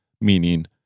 meaning